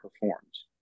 performs